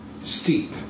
steep